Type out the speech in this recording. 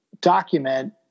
document